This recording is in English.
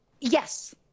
yes